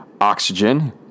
Oxygen